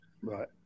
right